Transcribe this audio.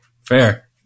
fair